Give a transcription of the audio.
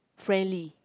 friendly